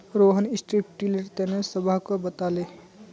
Rohan strip tiller तने सबहाको बताले